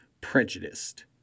prejudiced